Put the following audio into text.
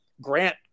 grant